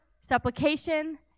supplication